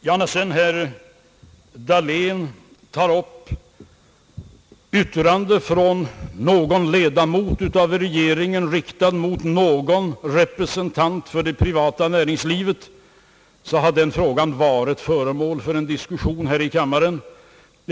Sedan tog herr Dahlén upp ett yttrande från någon ledamot av regeringen, riktat mot någon representant för det privata näringslivet. Den frågan har varit föremål för en diskussion här i kammaren.